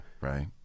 right